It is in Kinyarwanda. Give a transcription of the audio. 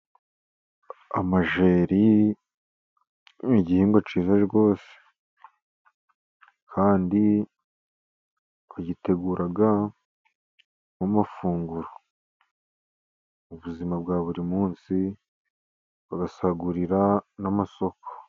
Amajyeri n'igihingwa cyiza rwose, kandi bagitegura mu mafunguro, mu buzima bwa buri munsi basagurira n'amasoko.